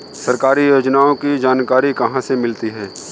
सरकारी योजनाओं की जानकारी कहाँ से मिलती है?